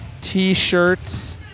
t-shirts